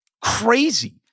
crazy